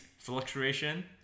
fluctuation